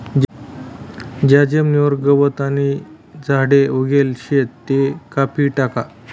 ज्या जमीनवर गवत आणि झाडे उगेल शेत त्या कापी टाका